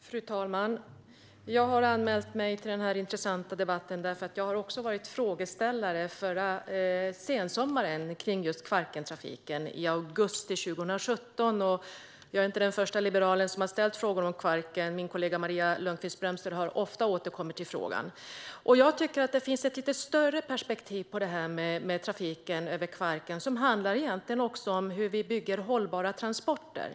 Fru talman! Jag har anmält mig till den här intressanta debatten därför att jag var frågeställare förra sensommaren, i augusti 2017, när det gäller just Kvarkentrafiken. Jag är inte den första liberalen som har ställt frågor om Kvarken. Min kollega Maria Lundqvist-Brömster har ofta återkommit till frågan. Jag tycker att det finns ett lite större perspektiv på detta med trafiken över Kvarken, som egentligen också handlar om hur vi bygger hållbara transporter.